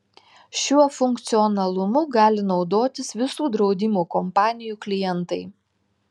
šiuo funkcionalumu gali naudotis visų draudimo kompanijų klientai